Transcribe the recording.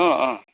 अँ अँ